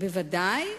ודאי.